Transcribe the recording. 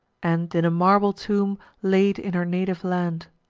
and in a marble tomb laid in her native land.